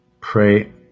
Pray